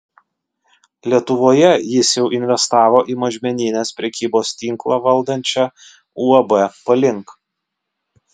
lietuvoje jis jau investavo į mažmeninės prekybos tinklą valdančią uab palink